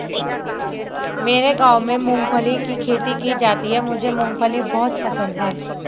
मेरे गांव में मूंगफली की खेती की जाती है मुझे मूंगफली बहुत पसंद है